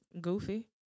Goofy